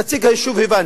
נציג היישוב, הבנתי.